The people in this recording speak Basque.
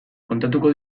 kontatuko